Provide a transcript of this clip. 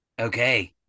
Okay